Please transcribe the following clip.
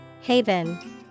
Haven